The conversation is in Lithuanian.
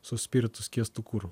su spiritu skiestu kuru